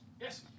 Yes